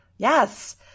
Yes